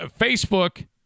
Facebook